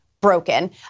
broken